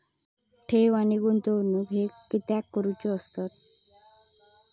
ठेव आणि गुंतवणूक हे कित्याक करुचे असतत?